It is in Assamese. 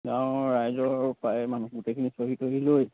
গাঁৱৰ ৰাইজৰ প্ৰায়ে মানুহ গোটেইখিনি চহি তহী লৈ